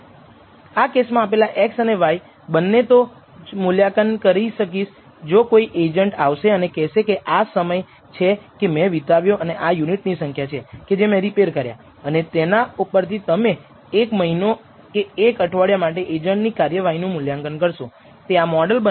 આ કેસમાં આપેલા x અને y બંને તો જ મૂલ્યાંકન કરી શકીશ જો કોઈ એજન્ટ આવશે અને કહેશે કે આ સમય છે કે જે મે વિતાવ્યો અને આ યુનિટ ની સંખ્યા છે કે જે મે રિપેર કર્યા અને તેના ઉપરથી તમે એક મહિનો કે એક અઠવાડિયા માટે એજન્ટની ની કાર્યવાહીનું મૂલ્યાંકન કરશો તે આ મોડલ બનાવવાનો હેતુ છે